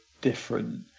different